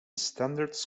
standards